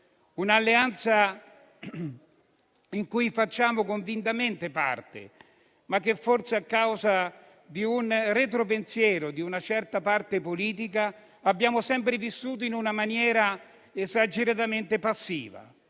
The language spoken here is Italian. un'alleanza di cui facciamo convintamente parte, ma che forse, a causa del retropensiero di una certa parte politica, abbiamo sempre vissuto in maniera esageratamente passiva.